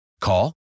Call